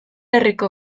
herriko